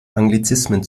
anglizismen